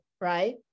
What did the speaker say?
right